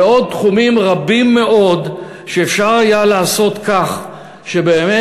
ועוד תחומים רבים מאוד שאפשר היה לעשות כך שבאמת